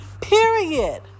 period